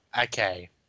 okay